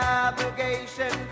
obligation